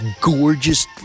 gorgeous